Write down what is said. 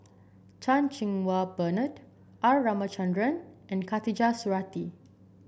Chan Cheng Wah Bernard R Ramachandran and Khatijah Surattee